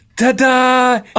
Ta-da